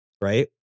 right